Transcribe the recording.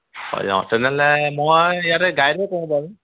হয় অঁ তেনেহ'লে মই ইয়তে গাইডে কওঁ বাৰু